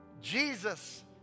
Jesus